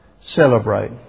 celebrate